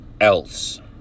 else